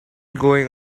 going